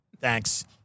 Thanks